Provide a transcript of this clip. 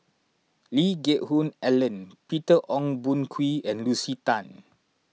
Lee Geck Hoon Ellen Peter Ong Boon Kwee and Lucy Tan